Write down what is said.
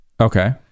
okay